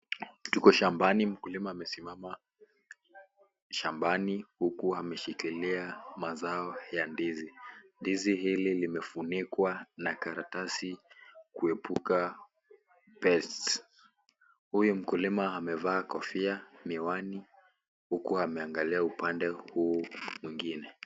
Tuko shambani, mkulima amesimama shambani huku ameshikilia mazao ya ndizi. Ndizi hili limefunikwa na karatasi kuepuka pests . Huyu mkulima amevaa kofia, miwani, huku ameangalia upande huu mwingine.